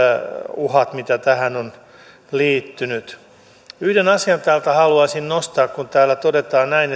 uhat mitä tähän on liittynyt yhden asian täältä haluaisin nostaa kun täällä todetaan näin